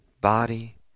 body